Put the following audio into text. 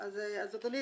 אדוני,